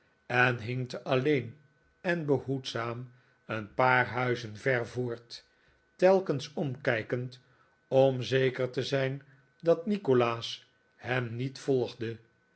en hinkte alleen en behoedzaam een paar huizen ver voort telkens omkijkend om zeker te zijn dat nikolaas hem niet volgde